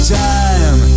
time